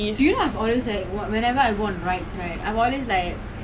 wait wait wait I think maybe I have maybe I've been I'm not sure